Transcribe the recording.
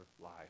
life